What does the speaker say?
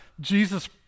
jesus